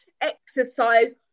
Exercise